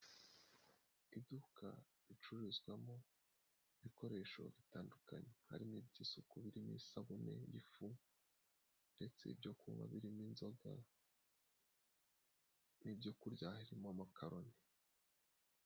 Iduka ricuruzwamo ibikoresho bitandukanye, harimo iby'isuku birimo isabune n'igifu ndetse ibyo kunywa birimo inzoga n'ibyokurya harimo amakaroni.